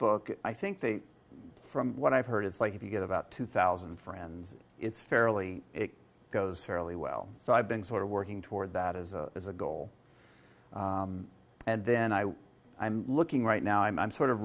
facebook i think from what i've heard it's like if you get about two thousand friends it's fairly it goes fairly well so i've been sort of working toward that as a as a goal and then i i'm looking right now i'm i'm sort of